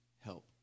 help